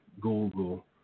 Google